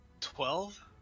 Twelve